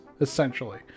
essentially